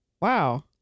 Wow